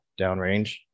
downrange